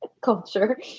Culture